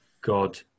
God